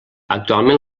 actualment